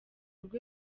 rwe